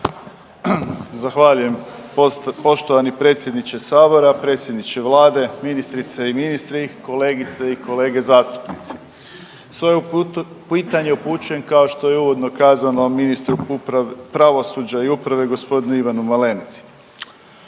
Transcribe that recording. Zahvaljujem. Poštovani predsjedniče Sabora, predsjedniče Vlade, ministrice i ministri, kolegice i kolege zastupnici. Svoje pitanje upućujem, kao što je i uvodno kazano, ministru pravosuđa i uprave, g. Ivanu Malenici.